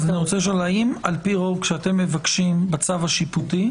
האם על פי רוב כשאתם מבקשים צו שיפוטי,